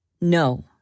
No